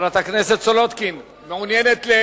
חברת הכנסת סולודקין, מעוניינת?